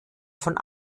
von